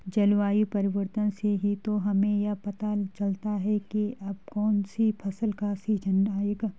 जलवायु परिवर्तन से ही तो हमें यह पता चलता है की अब कौन सी फसल का सीजन आयेगा